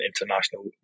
international